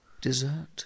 dessert